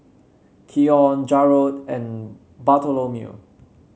Keion Jarrod and Bartholomew